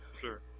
sure